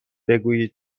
بگویید